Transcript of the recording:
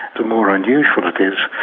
the more unusual it is,